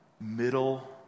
middle